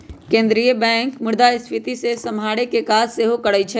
केंद्रीय बैंक मुद्रास्फीति के सम्हारे के काज सेहो करइ छइ